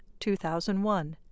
2001